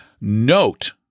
Note